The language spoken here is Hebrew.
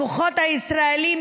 הכוחות הישראליים,